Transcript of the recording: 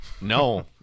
No